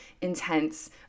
intense